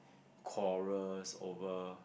quarrels over